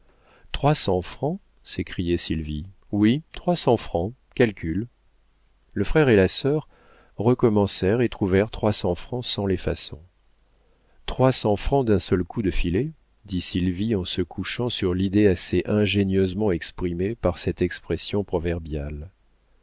trois cents francs s'écria sylvie oui trois cents francs calcule le frère et la sœur recommencèrent et trouvèrent trois cents francs sans les façons trois cents francs d'un seul coup de filet dit sylvie en se couchant sur l'idée assez ingénieusement exprimée par cette expression proverbiale